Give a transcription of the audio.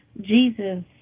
Jesus